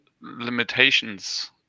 limitations